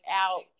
out